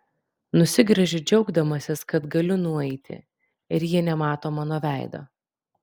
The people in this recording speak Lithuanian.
nusigręžiu džiaugdamasis kad galiu nueiti ir ji nemato mano veido